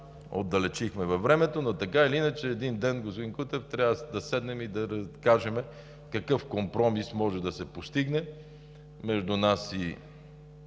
отдалечихме във времето, но така или иначе един ден, господин Кутев, трябва да седнем и да кажем какъв компромис може да се постигне между нас и